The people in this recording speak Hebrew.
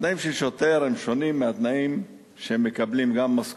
התנאים של שוטר הם שונים מהתנאים, גם משכורות,